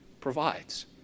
provides